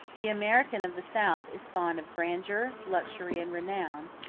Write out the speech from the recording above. the american of the south is fond of grandeur, luxury, and renown,